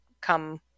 come